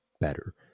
better